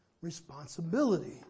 responsibility